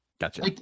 gotcha